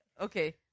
Okay